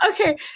Okay